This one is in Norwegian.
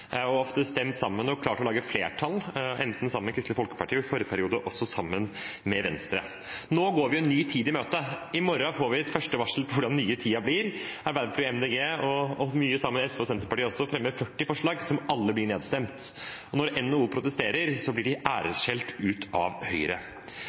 og ofte stemt sammen og klart å lage flertall – sammen med Kristelig Folkeparti og i forrige periode også sammen med Venstre. Nå går vi en ny tid i møte. I morgen får vi et første varsel om hvordan den nye tiden blir. Arbeiderpartiet, Miljøpartiet De Grønne – også mye sammen med SV og Senterpartiet – fremmer 40 forslag, som alle blir nedstemt! Når NHO protesterer, blir de